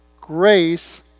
grace